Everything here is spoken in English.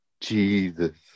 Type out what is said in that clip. Jesus